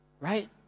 Right